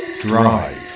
DRIVE